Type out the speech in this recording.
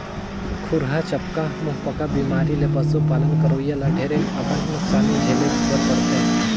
खुरहा चपका, मुहंपका बेमारी ले पसु पालन करोइया ल ढेरे अकन नुकसानी झेले बर परथे